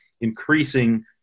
increasing